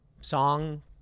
song